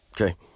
okay